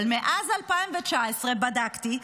אבל בדקתי,